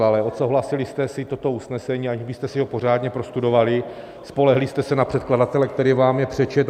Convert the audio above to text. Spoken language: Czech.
Ale odsouhlasili jste si toto usnesení, aniž byste si ho pořádně prostudovali, spolehli jste se na předkladatele, který vám je přečetl.